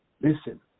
Listen